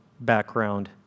background